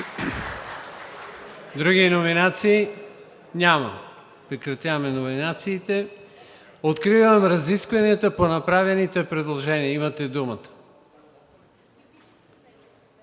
Други номинации? Няма. Прекратяваме номинациите. Откривам разискванията по направените предложения. Имате думата.